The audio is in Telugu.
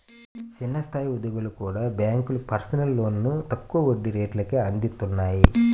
చిన్న స్థాయి ఉద్యోగులకు కూడా బ్యేంకులు పర్సనల్ లోన్లను తక్కువ వడ్డీ రేట్లకే అందిత్తన్నాయి